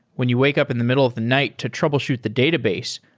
when you wake up in the middle of the night to troubleshoot the database,